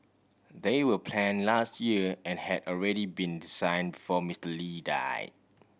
they will plan last year and had already been design before Mister Lee died